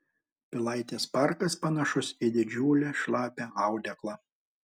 pilaitės parkas panašus į didžiulį šlapią audeklą